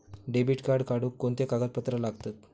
Debit card काढुक कोणते कागदपत्र लागतत?